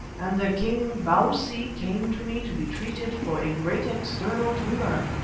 and their king, bausi, came to me to be treated for a great external tumour.